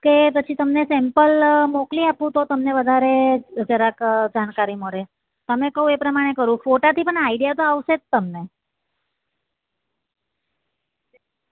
કે પછી તમને સૅમ્પલ મોકલી આપું તો તમને વધારે જરાક જાણકારી મળે તમે કહો એ પ્રમાણે કરું ફોટાથી પણ આઈડિયા તો આવશે જ તમને